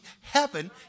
heaven